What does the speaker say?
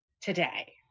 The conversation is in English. today